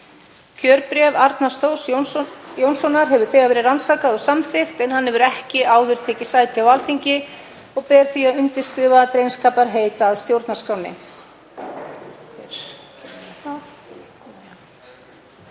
Kjörbréf Arnars Þórs Jónssonar hefur þegar verið rannsakað og samþykkt en hann hefur ekki áður tekið sæti á Alþingi og ber því að undirskrifa drengskaparheit að stjórnarskránni.